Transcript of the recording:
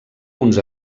uns